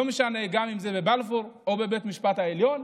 לא משנה גם אם זה בבלפור או בבית המשפט העליון,